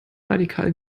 radikal